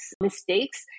mistakes